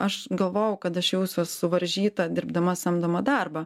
aš galvojau kad aš jausiuos suvaržyta dirbdama samdomą darbą